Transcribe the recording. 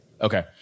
Okay